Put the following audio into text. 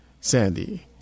Sandy